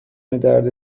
درد